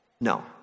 No